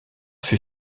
fut